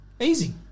Easy